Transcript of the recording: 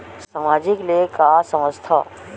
सामाजिक ले का समझ थाव?